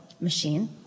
machine